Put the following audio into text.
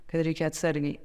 kad reikia atsargiai